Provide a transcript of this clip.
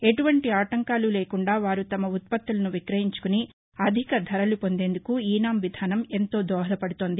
ఎటువంటి ఆటంకాలు లేకుండా వారు తమ ఉత్పత్తులను విక్రయించుకుని అధిక ధరలు పొందేందుకు ఈ నామ్ విధానం ఎంతో దోహదపడుతోంది